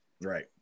right